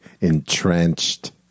entrenched